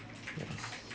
yes